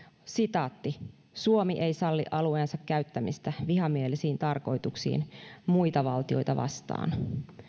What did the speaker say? suomi ei salli alueensa käyttämistä vihamielisiin tarkoituksiin muita valtioita vastaan